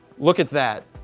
look at that.